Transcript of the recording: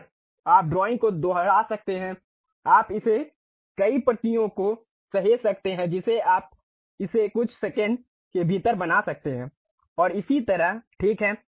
और आप ड्राइंग को दोहरा सकते हैं आप इसे कई प्रतियों को सहेज सकते हैं जिसे आप इसे कुछ सेकंड के भीतर बना सकते हैं और इसी तरह ठीक है